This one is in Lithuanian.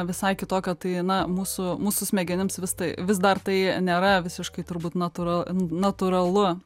visai kitokio tai na mūsų mūsų smegenims vis tai vis dar tai nėra visiškai turbūt natūra natūralu